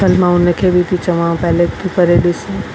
चल मां उन खे बि थी चवां पहिले तूं करे ॾिसु